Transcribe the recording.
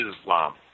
Islam